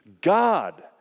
God